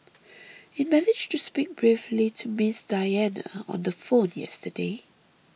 it managed to speak briefly to Miss Diana on the phone yesterday